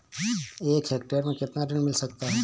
एक हेक्टेयर में कितना ऋण मिल सकता है?